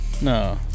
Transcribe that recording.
No